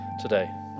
today